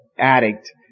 addict